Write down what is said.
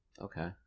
Okay